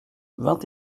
vingt